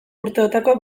urteotako